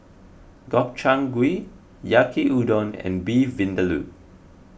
Gobchang Gui Yaki Udon and Beef Vindaloo